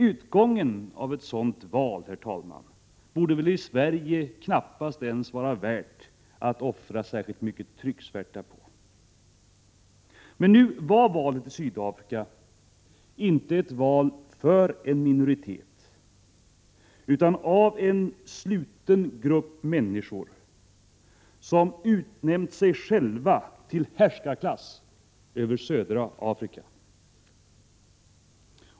Utgången av ett sådant val borde det väl i Sverige knappast vara värt att offra särskilt mycket trycksvärta på. Men nu var valet i Sydafrika inte ett val för en minoritet utan av en sluten grupp människor som utnämnt sig själva till härskarklass över södra Afrika.